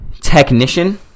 technician